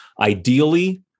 Ideally